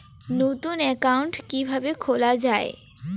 নতুন একাউন্ট কিভাবে খোলা য়ায়?